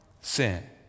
sin